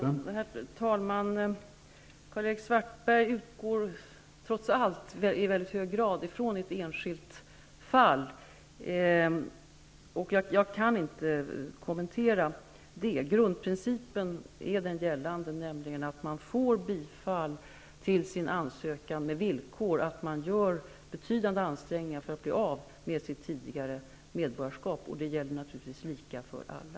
Herr talman! Karl-Erik Svartberg utgår trots allt i väldigt hög grad från ett enskilt fall, och jag kan inte kommentera det. Grundprincipen är den gällande, nämligen att man får bifall till sin ansökan på villkor att man gör betydande ansträngningar för att bli av med sitt tidigare medborgarskap. Det gäller naturligtvis lika för alla.